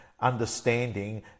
understanding